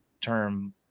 term